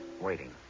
waiting